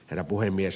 herra puhemies